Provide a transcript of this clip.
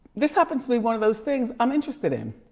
this happens to be one of those things i'm interested in.